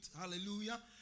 hallelujah